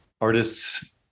artists